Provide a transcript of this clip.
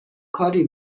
کاری